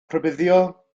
rhybuddio